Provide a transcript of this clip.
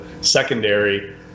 secondary